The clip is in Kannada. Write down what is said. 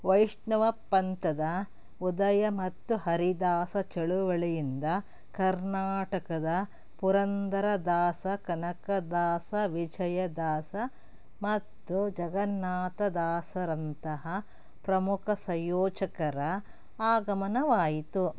ವೈಷ್ಣವ ಪಂಥದ ಉದಯ ಮತ್ತು ಹರಿದಾಸ ಚಳುವಳಿಯಿಂದ ಕರ್ನಾಟಕದ ಪುರಂದರದಾಸ ಕನಕದಾಸ ವಿಜಯದಾಸ ಮತ್ತು ಜಗನ್ನಾಥದಾಸರಂತಹ ಪ್ರಮುಖ ಸಂಯೋಜಕರ ಆಗಮನವಾಯಿತು